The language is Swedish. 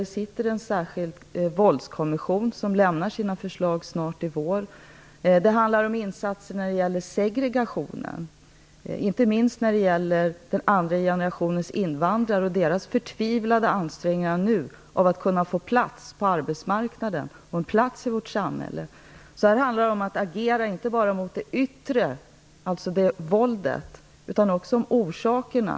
Vi har en särskild våldskommission som skall lämna sina förslag till våren. Det handlar också om insatser när det gäller segregationen. Inte minst gäller detta andra generationens invandrare och deras förtvivlade ansträngningar nu att kunna få plats på arbetsmarknaden och i vårt samhälle. Här handlar det om att agera, inte bara mot det yttre, mot själva våldet, utan också mot orsakerna.